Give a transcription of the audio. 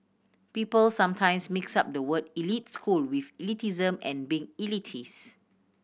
people sometimes mix up the word elite school with elitism and being elitist